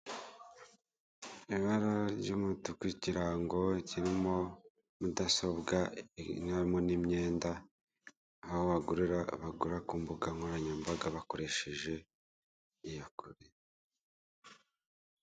Ibara ry'umutu, ikirango kirimo mudasobwa harimo n'imyenda; aho bagura ku mbuga nkoranyambaga bakoresheje iyagura.